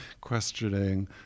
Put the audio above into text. questioning